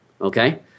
okay